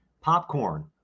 Popcorn